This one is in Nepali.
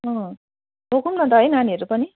अँ लगौँ न त है नानीहरू पनि